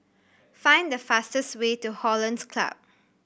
find the fastest way to Hollandse Club